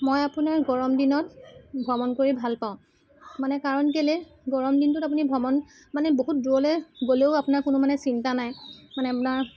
মই আপোনাৰ গৰম দিনত ভ্ৰমণ কৰি ভাল পাওঁ মানে কাৰণ কেলৈ গৰম দিনটোত আপুনি ভ্ৰমণ মানে বহুত দূৰলৈ গ'লেও আপোনাৰ কোনো মানে চিন্তা নাই মানে আপোনাৰ